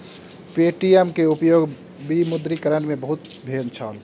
Paytm के उपयोग विमुद्रीकरण में बहुत भेल छल